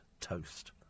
toast